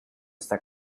está